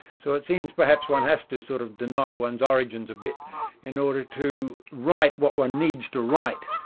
so it seems perhaps one has to sort of deny one's origins a bit in order to write what one needs to write,